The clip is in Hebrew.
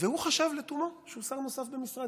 והוא חשב לתומו שהוא שר נוסף במשרד.